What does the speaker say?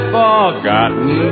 forgotten